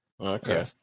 Okay